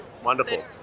Wonderful